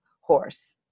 horse